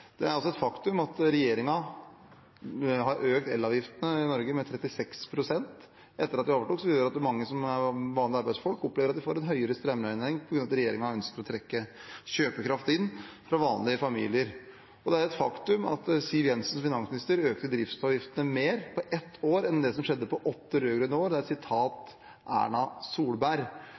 Det er også et faktum at regjeringen har økt elavgiftene i Norge med 36 pst. etter at de overtok, som gjør at mange vanlige arbeidsfolk opplever at de får en høyere strømregning på grunn av at regjeringen ønsker å trekke kjøpekraft inn fra vanlige familier. Og det er et faktum at Siv Jensen som finansminister økte drivstoffavgiftene mer på ett år enn det som skjedde på åtte rød-grønne år – sitat Erna Solberg.